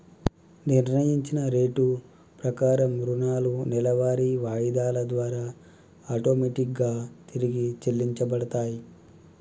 నిర్ణయించిన రేటు ప్రకారం రుణాలు నెలవారీ వాయిదాల ద్వారా ఆటోమేటిక్ గా తిరిగి చెల్లించబడతయ్